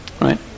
Right